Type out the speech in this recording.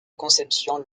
conception